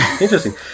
Interesting